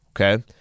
okay